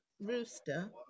rooster